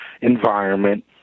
environment